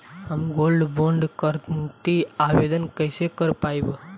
हम gold bond करतिं आवेदन कइसे कर पाइब?